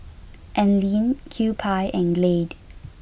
Anlene Kewpie and Glade